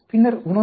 பின்னர் உணவு